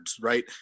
right